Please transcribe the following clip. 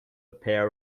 pair